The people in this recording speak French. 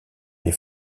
les